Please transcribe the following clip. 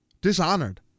Dishonored